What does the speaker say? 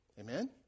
Amen